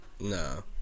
No